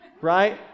right